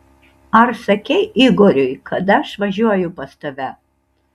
ar sakei igoriui kad aš važiuoju pas tave